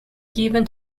given